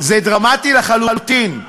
זה דרמטי לחלוטין,